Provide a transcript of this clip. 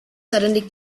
suddenly